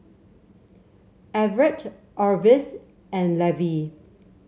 Everet Orvis and Levy